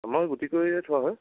আমাৰ গুটি কৰিয়ে থোৱা হয়